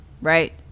right